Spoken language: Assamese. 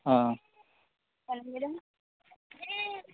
অঁ